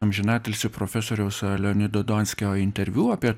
amžinatilsį profosoriaus leonido donskio interviu apie